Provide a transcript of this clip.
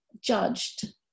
judged